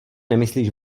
nemyslíš